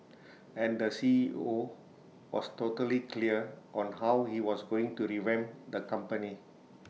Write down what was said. and the C E O was totally clear on how he was going to revamp the company